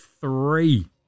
three